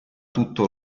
tutto